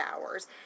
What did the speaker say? hours